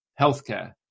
healthcare